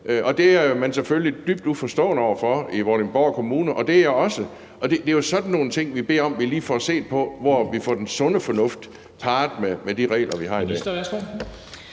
Kommune selvfølgelig dybt uforstående over for. Det gør jeg også. Det er jo sådan nogle ting, vi beder vi lige får set på, så vi får den sunde fornuft parret med de regler, vi har i dag.